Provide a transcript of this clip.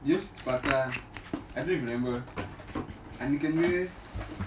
யோசிச்சி பாத:yosichi paatha I don't remember அன்னிக்கி வந்து:aniki vanthu